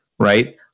Right